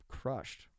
crushed